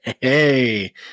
hey